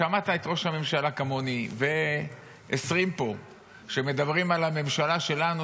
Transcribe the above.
שמעת כמוני את ראש הממשלה ו-20 פה שמדברים על הממשלה שלנו,